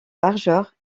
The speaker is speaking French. largeur